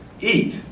eat